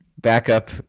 backup